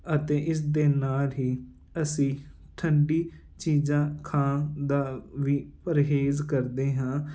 ਅਤੇ ਇਸ ਦੇ ਨਾਲ ਹੀ ਅਸੀਂ ਠੰਡੀ ਚੀਜ਼ਾਂ ਖਾਣ ਦਾ ਵੀ ਪਰਹੇਜ਼ ਕਰਦੇ ਹਾਂ